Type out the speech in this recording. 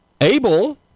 Abel